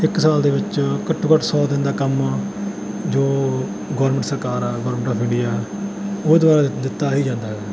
ਇੱਕ ਸਾਲ ਦੇ ਵਿੱਚ ਘੱਟੋ ਘੱਟ ਸੌ ਦਿਨ ਦਾ ਕੰਮ ਜੋ ਗੌਰਮੈਂਟ ਸਰਕਾਰ ਆ ਗੌਰਮੈਂਟ ਔਫ ਇੰਡੀਆ ਉਹਦੇ ਦੁਆਰਾ ਦਿੱਤਾ ਹੀ ਜਾਂਦਾ ਗਾ